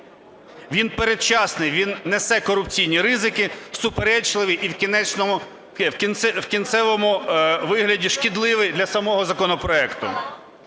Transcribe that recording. він передчасний, він несе корупційні ризики, суперечливий і в кінцевому вигляді шкідливий для самого законопроекту.